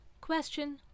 Question